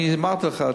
אמרתי לך,